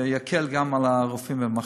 שיקל גם על הרופאים במחלקה.